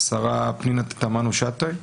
השרה פנינה תמנו שטה.